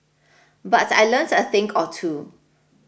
but I learnt a think or two